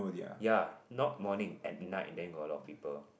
ya not morning at night then got a lot of people